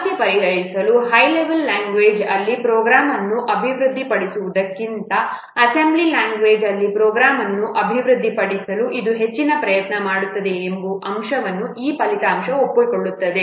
ಸಮಸ್ಯೆಯನ್ನು ಪರಿಹರಿಸಲು high level language ಅಲ್ಲಿ ಪ್ರೋಗ್ರಾಂ ಅನ್ನು ಅಭಿವೃದ್ಧಿಪಡಿಸುವುದಕ್ಕಿಂತ ಅಸೆಂಬ್ಲಿ ಲ್ಯಾಂಗ್ವೇಜ್ ಅಲ್ಲಿ ಪ್ರೋಗ್ರಾಂ ಅನ್ನು ಅಭಿವೃದ್ಧಿಪಡಿಸಲು ಇದು ಹೆಚ್ಚಿನ ಪ್ರಯತ್ನವನ್ನು ಮಾಡುತ್ತದೆ ಎಂಬ ಅಂಶವನ್ನು ಈ ಫಲಿತಾಂಶವು ಒಪ್ಪಿಕೊಳ್ಳುತ್ತದೆ